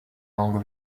langue